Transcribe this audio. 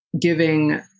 giving